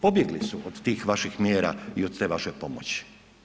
Pobjegli su od tih vaših mjera i od te vaše pomoći.